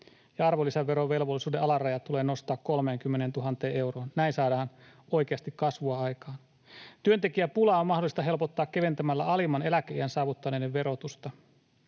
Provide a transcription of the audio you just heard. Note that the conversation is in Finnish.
arvonlisäverovelvollisuuden alaraja tulee nostaa 30 000 euroon. Näin saadaan oikeasti kasvua aikaan. Työntekijäpulaa on mahdollista helpottaa keventämällä alimman eläkeiän saavuttaneiden verotusta.